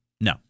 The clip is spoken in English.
No